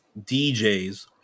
DJs